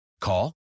Call